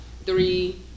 three